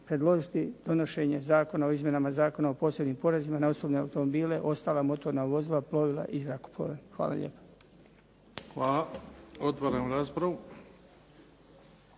predložiti donošenje Zakona o izmjenama Zakona o posebnim porezima na osobne automobile, ostala motorna vozila, plovila i zrakoplove. Hvala lijepa. **Bebić, Luka